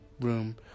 room